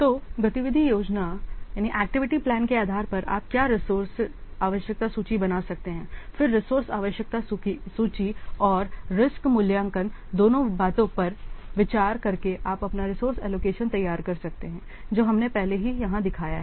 तो activity plan के आधार पर आप क्या रिसोर्स आवश्यकता सूची बना सकते हैं फिर रिसोर्स आवश्यकता सूची और रिस्क मूल्यांकन दोनों बातों पर विचार करके आप अपना रिसोर्स एलोकेशन तैयार कर सकते हैं जो हमने पहले ही यहां दिखाया है